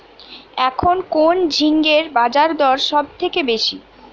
এখন কোন ঝিঙ্গের বাজারদর সবথেকে বেশি?